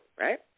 right